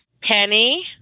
Penny